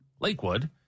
Lakewood